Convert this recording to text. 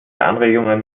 anregungen